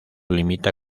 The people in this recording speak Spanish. limita